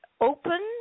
open